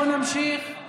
בואו נמשיך.